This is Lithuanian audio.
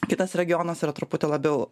kitas regionas yra truputį labiau